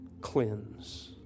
Cleanse